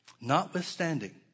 Notwithstanding